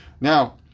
Now